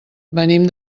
venim